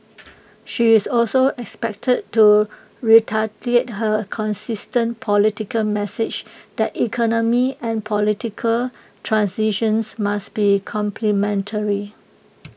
she is also expected to reiterate her consistent political message that economic and political transitions must be complementary